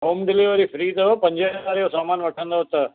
home delivery free अथव पंजे हज़ारे जो सामानि वठंदव त हा